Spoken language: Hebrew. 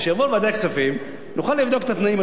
כשיבואו לוועדת הכספים נוכל לבדוק את התנאים,